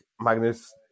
Magnus